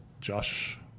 Josh